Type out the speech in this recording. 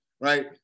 right